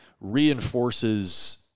reinforces